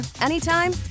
anytime